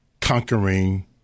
conquering